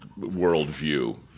worldview